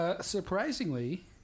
Surprisingly